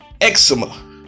eczema